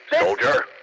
Soldier